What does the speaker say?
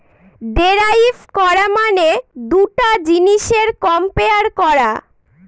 derive করা মানে দুটা জিনিসের কম্পেয়ার করা